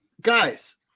guys